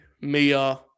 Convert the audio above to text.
Mia